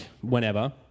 whenever